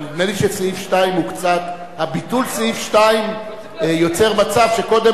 אבל נדמה לי שביטול סעיף 2 יוצר מצב שקודם